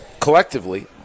collectively